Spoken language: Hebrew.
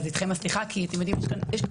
אז אתכם הסליחה, כי אתם יודעים, יש פה